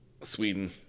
Sweden